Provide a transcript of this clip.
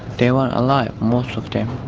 they were alive, most of them